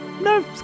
No